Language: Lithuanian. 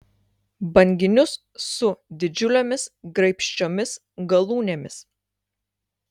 banginius su didžiulėmis graibščiomis galūnėmis